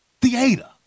theater